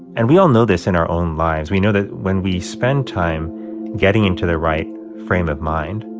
and we all know this in our own lives. we know that when we spend time getting into the right frame of mind,